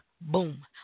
Boom